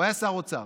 הוא היה שר אוצר,